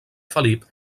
felip